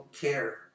care